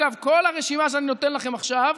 אגב, כל הרשימה שאני נותן לכם עכשיו,